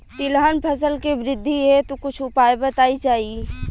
तिलहन फसल के वृद्धी हेतु कुछ उपाय बताई जाई?